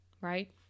right